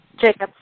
Jacob